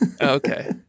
Okay